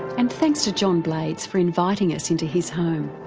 and thanks to john blades for inviting us into his home.